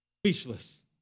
Speechless